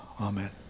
Amen